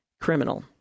criminal